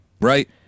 Right